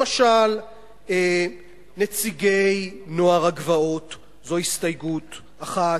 למשל, נציגי נוער הגבעות, זו הסתייגות אחת.